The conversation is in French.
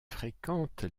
fréquente